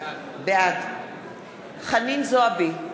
בעד חנין זועבי,